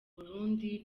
burundi